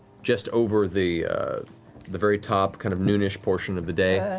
just over the the very top, kind of noon-ish portion of the day.